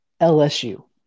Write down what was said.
lsu